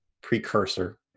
precursor